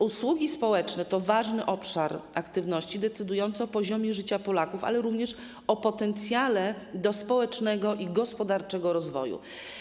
Usługi społeczne to ważny obszar aktywności decydujący o poziomie życia Polaków, ale również o potencjale społecznego i gospodarczego rozwoju.